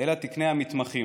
אלא תקני המתמחים.